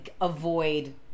avoid